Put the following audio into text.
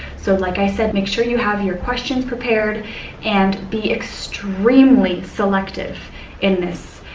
so, like i said, make sure you have your questions prepared and be extremely selective in this.